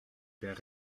perds